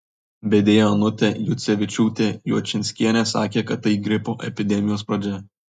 vedėja onutė juocevičiūtė juočinskienė sakė kad tai gripo epidemijos pradžia